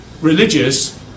religious